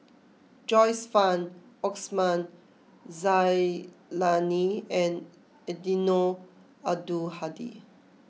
Joyce Fan Osman Zailani and Eddino Abdul Hadi